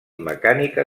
mecànica